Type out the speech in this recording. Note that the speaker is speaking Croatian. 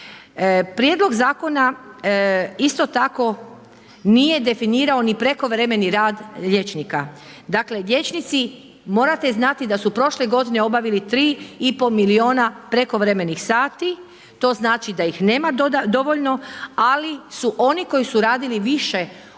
Prijedlog zakona isto tako nije definirao ni prekovremeni rad liječnika. Dakle liječnici, morate znati da su prošle godine obavili 3 i pol milijuna prekovremenih sati, to znači da ih nema dovoljno, ali su oni koji su radili više od